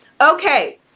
Okay